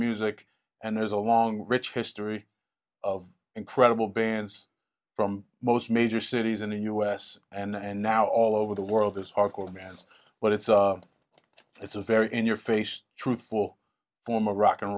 music and there's a long rich history of incredible bands from most major cities in the u s and now all over the world as hardcore bands but it's a it's a very in your face truthful form a rock